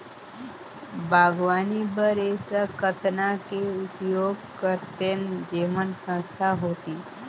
बागवानी बर ऐसा कतना के उपयोग करतेन जेमन सस्ता होतीस?